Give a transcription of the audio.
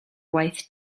waith